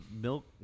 milk